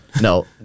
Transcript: No